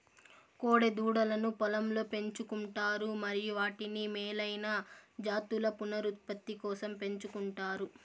కోడె దూడలను పొలంలో పెంచు కుంటారు మరియు వాటిని మేలైన జాతుల పునరుత్పత్తి కోసం పెంచుకుంటారు